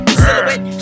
silhouette